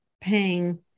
paying